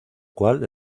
cual